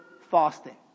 fasting